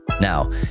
Now